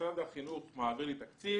משרד החינוך מעביר לי תקציב,